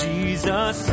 Jesus